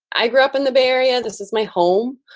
i grew up in the bay area. this is my home.